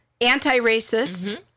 anti-racist